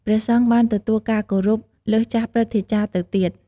ព្រះសង្ឃបានទទួលការគោរព លើសចាស់ព្រឹទ្ធាចារ្យទៅទៀត។